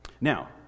now